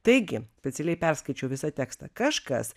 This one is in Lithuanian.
taigi specialiai perskaičiau visą tekstą kažkas